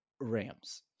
rams